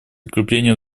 укреплению